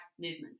movement